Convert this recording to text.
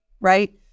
right